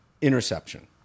interception